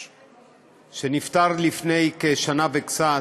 שנפטר לפני כשנה וקצת,